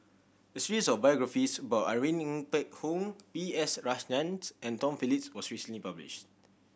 a series of biographies about Irene Ng Phek Hoong B S Rajhans and Tom Phillips was recently published